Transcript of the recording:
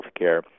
healthcare